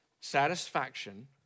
satisfaction